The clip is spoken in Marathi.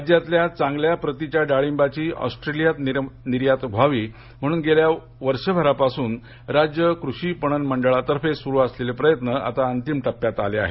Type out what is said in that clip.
राज्यातील चांगल्या प्रतीच्या डाळिंबाची ऑस्ट्रेलियात निर्यात व्हावी म्हणून गेल्या वर्षभरापासून राज्य कृषी पणन मंडळातर्फे सुरु असलेले प्रयत्न आता अंतिम टप्प्यात आले आहेत